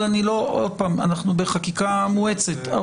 שוב, אנחנו בחקיקה מואצת.